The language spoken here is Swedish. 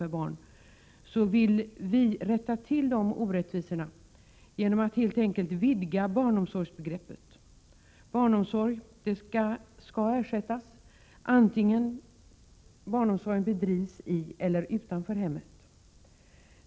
per barn —så vill jag framhålla att vi önskar rätta till orättvisorna genom att helt enkelt vidga barnomsorgsbegreppet. Barnomsorg skall ersättas, vare sig barnomsorgen bedrivs i eller utanför hemmet.